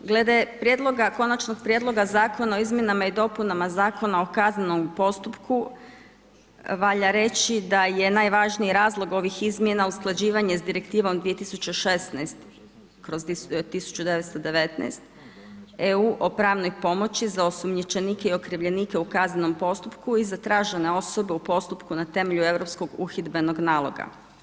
Glede prijedloga, Konačnog prijedloga Zakona o izmjenama i dopunama Zakona o kaznenom postupku valja reći da je najvažniji razlog ovih izmjena usklađivanje sa Direktivom 2016/1919 EU o pravnoj pomoći za osumnjičenike i okrivljenike u kaznenom postupku i zatražena osoba u postupku na temelju Europskog uhidbenog naloga.